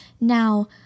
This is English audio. now